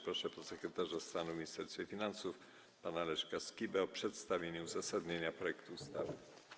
Proszę podsekretarza stanu w Ministerstwie Finansów pana Leszka Skibę o przedstawienie uzasadnienia projektu ustawy.